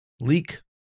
Leak